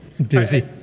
Dizzy